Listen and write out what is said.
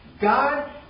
God